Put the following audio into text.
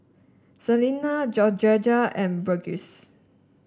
Selina Georgetta and Burgess